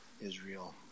Israel